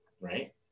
right